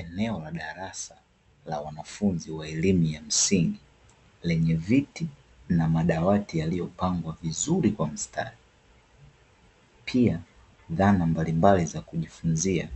Eneo la darasa, la wanafunzi wa elimu ya msingi lenye viti na madawati yaliyopangwa vizuri kwa mistari. Pia dhana mbalimbali za kujifunzia